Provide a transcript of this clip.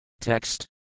Text